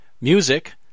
Music